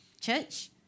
church